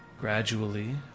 Gradually